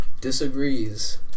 Disagrees